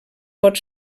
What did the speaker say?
pot